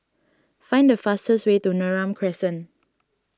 find the fastest way to Neram Crescent